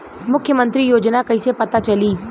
मुख्यमंत्री योजना कइसे पता चली?